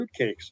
fruitcakes